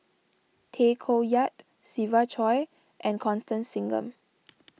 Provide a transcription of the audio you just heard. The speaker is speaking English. Tay Koh Yat Siva Choy and Constance Singam